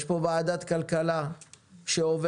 יש פה ועדת כלכלה שעובדת,